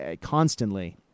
constantly